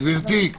גברתי,